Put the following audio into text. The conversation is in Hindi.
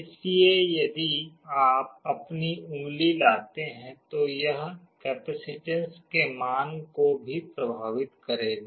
इसलिए यदि आप अपनी उंगली लाते हैं तो यह कैपेसिटेंस के मान को भी प्रभावित करेगा